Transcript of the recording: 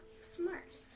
smart